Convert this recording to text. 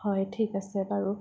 হয় ঠিক আছে বাৰু